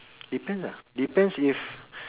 depends lah depends if